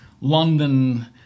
London